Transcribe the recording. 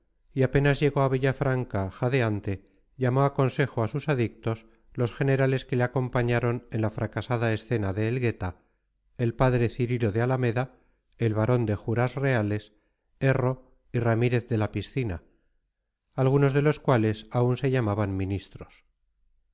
y apenas llegó a villafranca jadeante llamó a consejo a sus adictos los generales que le acompañaron en la fracasada escena de elgueta el padre cirilo de alameda el barón de juras reales erro y ramírez de la piscina algunos de los cuales aún se llamaban ministros